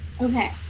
okay